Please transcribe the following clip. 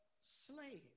slave